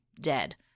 dead